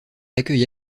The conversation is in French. accueille